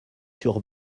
sur